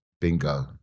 bingo